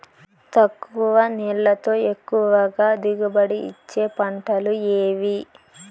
తక్కువ నీళ్లతో ఎక్కువగా దిగుబడి ఇచ్చే పంటలు ఏవి?